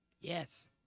Yes